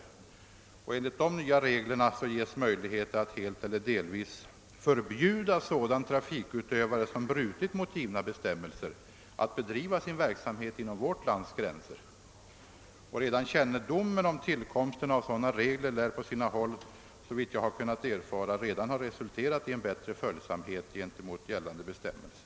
Enligt dessa nya regler ges möjligheter att helt eller delvis förbjuda sådan trafikutövare som brutit mot givna bestämmelser att bedriva sin verksamhet inom vårt lands gränser. Redan kännedomen om tillkomsten av sådana regler lär på sina håll, såvitt jag har kunnat erfara, ha resulterat i en bättre följsamhet gentemot gällande föreskrifter.